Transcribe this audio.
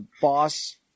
boss